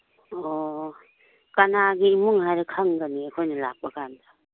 ꯑꯣ ꯀꯅꯥꯒꯤ ꯏꯝꯨꯡ ꯍꯥꯏꯔꯒ ꯈꯪꯒꯅꯤ ꯑꯩꯈꯣꯏꯅ ꯂꯥꯛꯄ ꯀꯥꯟꯗ